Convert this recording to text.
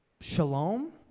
shalom